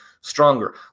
stronger